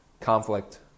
conflict